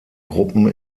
gruppen